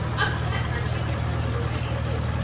up to that time she'd been cooking and waiting, too,